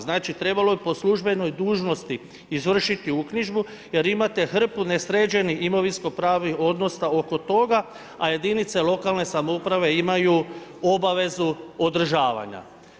Znači trebalo bi po službenoj dužnosti izvršiti uknjižbu jer imate hrpu nesređenih imovinsko-pravnih odnosa oko toga a jedinice lokalne samouprave imaju obavezu održavanja.